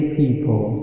people